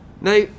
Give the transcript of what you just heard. Now